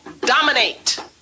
dominate